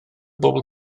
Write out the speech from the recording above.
bobl